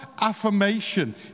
Affirmation